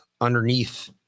underneath